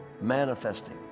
manifesting